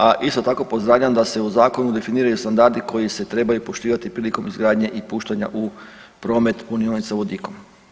A isto tako pozdravljam da se u zakonu definiraju standardi koji se trebaju poštivati prilikom izgradnje i puštanja u promet punionica vodikom.